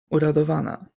uradowana